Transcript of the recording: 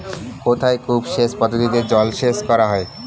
কোথায় কূপ সেচ পদ্ধতিতে জলসেচ করা হয়?